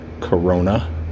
Corona